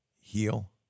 heal